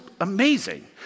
amazing